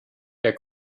der